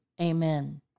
amen